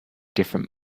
different